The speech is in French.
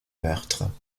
meurtre